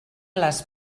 les